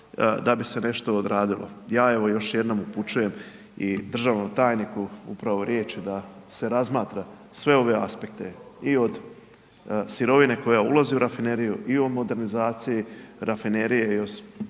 da bi se nešto odradilo. Ja evo još jednom upućujem i državnom tajniku upravo riječi da se razmatra sve ove aspekte, i od sirovine koja ulazi u rafineriju, i o modernizaciji rafinerije, i o